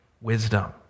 wisdom